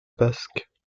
basque